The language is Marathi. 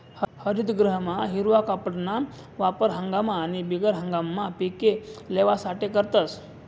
हरितगृहमा हिरवा कापडना वापर हंगाम आणि बिगर हंगाममा पिके लेवासाठे करतस